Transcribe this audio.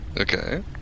Okay